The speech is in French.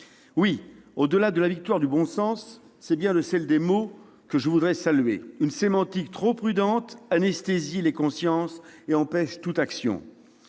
Oui, au-delà de la victoire du bon sens, c'est bien celle des mots que je voudrais saluer. Une sémantique trop prudente anesthésie les consciences et empêche toute action.